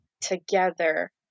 together